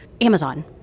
Amazon